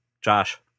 Josh